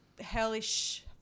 hellish